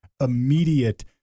immediate